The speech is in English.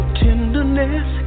tenderness